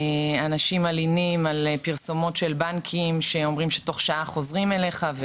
אנשים מלינים על פרסומות של בנקים שאומרים שתוך שעה חוזרים אל הלקוח,